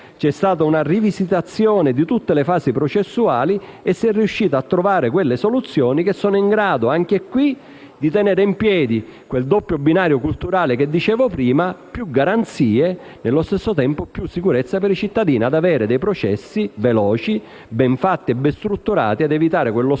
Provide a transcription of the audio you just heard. C'è stata una rivisitazione di tutte le fasi processuali e si è riusciti a trovare quelle soluzioni che sono in grado, anche qui, di tenere in piedi quel doppio binario culturale di cui parlavo prima: più garanzie e allo stesso tempo più sicurezza per i cittadini ad avere processi veloci, ben fatti e ben strutturati. Occorre evitare lo sconcio